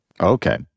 Okay